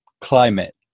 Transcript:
climate